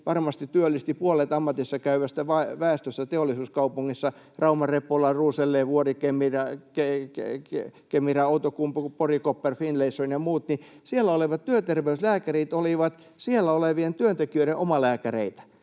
varmasti työllisti puolet ammatissa käyvästä väestöstä teollisuuskaupungissa — Rauma-Repola, Rosenlew, Vuorikemia, Kemira, Outokumpu Poricopper, Finlayson ynnä muut — olevat työterveyslääkärit olivat siellä olevien työntekijöiden omalääkäreitä.